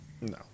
No